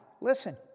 listen